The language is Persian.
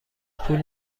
پول